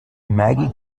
maggie